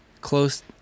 close